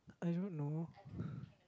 I don't know